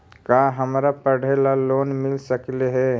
का हमरा पढ़े ल लोन मिल सकले हे?